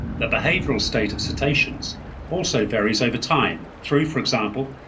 the behavioural state of cetaceans also varies over time, through, for example,